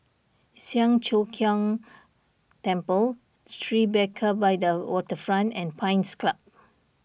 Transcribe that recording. Siang Cho Keong Temple Tribeca by the Waterfront and Pines Club